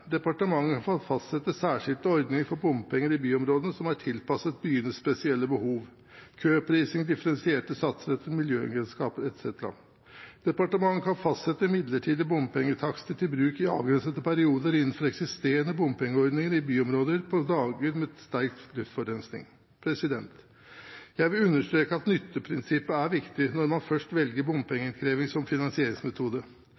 fastsette særskilte ordninger for bompenger i byområder som er tilpasset byenes spesielle behov: køprising, differensierte satser etter miljøegenskaper etc. at departementet innenfor eksisterende bompengeordninger i byområder kan fastsette midlertidige bompengetakster til bruk i avgrensede perioder på dager med sterk luftforurensning Jeg vil understreke at nytteprinsippet er viktig når man først velger